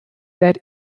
that